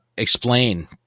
explain